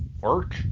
work